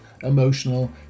emotional